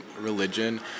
religion